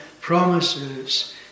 promises